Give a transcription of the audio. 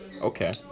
Okay